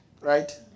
Right